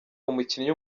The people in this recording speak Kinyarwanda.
umukinnyi